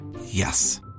Yes